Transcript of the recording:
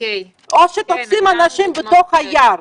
או שתופסים אנשים בתוך הים.